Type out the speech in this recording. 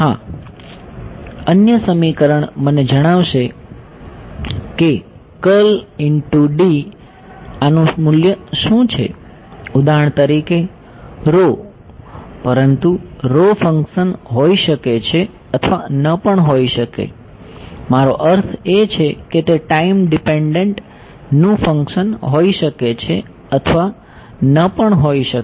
હા અન્ય સમીકરણ મને જણાવશે કે આનું મૂલ્ય શું છે ઉદાહરણ તરીકે પરંતુ ફંક્શન હોઈ શકે છે અથવા ન પણ હોઈ શકે મારો અર્થ એ છે કે તે ટાઈમ ડિપેન્ડ નું ફંક્શન હોઈ શકે છે અથવા ન પણ હોઈ શકે